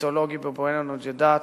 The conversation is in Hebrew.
המיתולוגי בבועיינה-נוג'ידאת